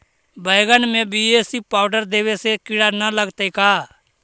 बैगन में B A C powder देबे से किड़ा न लगतै का?